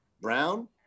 Brown